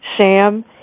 Sam